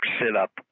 sit-up